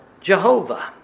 Jehovah